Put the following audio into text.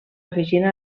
afegint